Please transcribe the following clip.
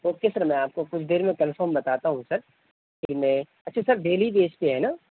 okay sir میں آپ کو کچھ دیر میں کنفم بتاتا ہوں سر کہ میں اچھا سر ڈیلی بیس پہ ہے نا